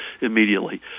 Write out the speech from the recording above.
immediately